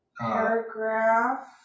paragraph